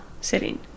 Sitting